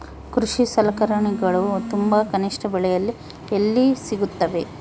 ಕೃಷಿ ಸಲಕರಣಿಗಳು ತುಂಬಾ ಕನಿಷ್ಠ ಬೆಲೆಯಲ್ಲಿ ಎಲ್ಲಿ ಸಿಗುತ್ತವೆ?